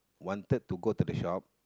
wanted to go to the shop